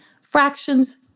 fractions